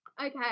Okay